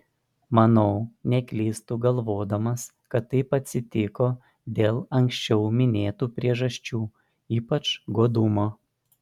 manau neklystu galvodamas kad taip atsitiko dėl anksčiau minėtų priežasčių ypač godumo